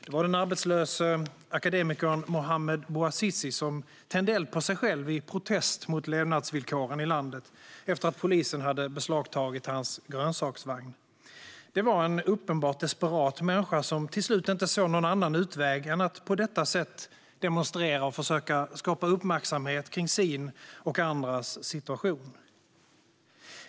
Det var den arbetslöse akademikern Mohammed Bouazizi som tände eld på sig själv i protest mot levnadsvillkoren i landet, efter att polisen hade beslagtagit hans grönsaksvagn. Det var en uppenbart desperat människa som till slut inte såg någon annan utväg än att på detta sätt demonstrera och försöka skapa uppmärksamhet kring sin och andras situation.